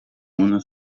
mona